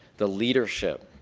the leadership,